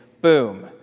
boom